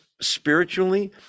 spiritually